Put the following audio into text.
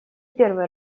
первый